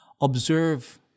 Observe